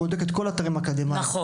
את כל האתרים האקדמאיים,